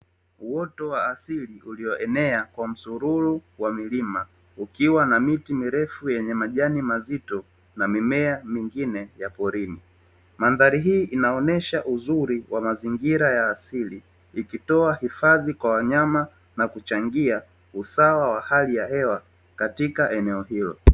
Uoto wa asili uliyoenea kwa msururu wa milima ukiwa na miti mirefu yenye majani mazito na mimea mingine ya porini. Mandhari hii inaonesha uzuri wa mazingira ya asili, ikitoa hifadhi kwa wanyama na kuchangia usawa wa hali ya hewa katika eneo hilo.